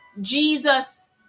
Jesus